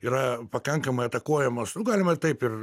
yra pakankamai atakuojamos nu galima taip ir